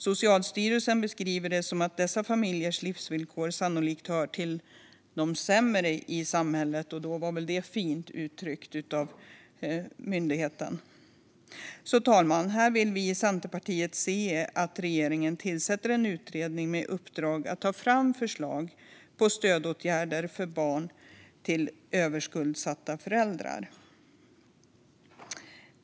Socialstyrelsen beskriver det som att dessa familjers livsvillkor sannolikt hör till de sämre i samhället. Det var väl fint uttryckt av myndigheten. Fru talman! Vi i Centerpartiet vill att regeringen tillsätter en utredning med uppdrag att ta fram förslag på stödåtgärder för barn till överskuldsatta föräldrar.